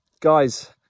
guys